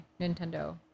Nintendo